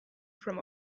from